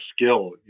skill